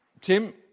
Tim